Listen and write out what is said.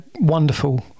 wonderful